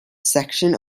section